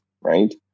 right